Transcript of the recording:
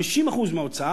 50% מההוצאה,